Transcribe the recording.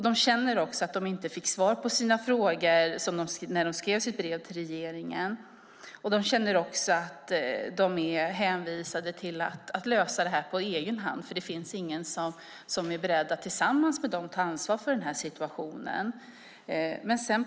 De känner också att de inte fick svar på sina frågor när de skrev sitt brev till regeringen och att de är hänvisade till att lösa detta på egen hand, för det finns ingen som är beredd att tillsammans med dem ta ansvar för denna situation.